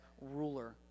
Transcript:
ruler